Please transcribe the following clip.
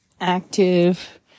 active